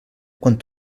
quan